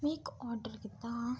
में इक आर्डर कीता हा